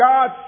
God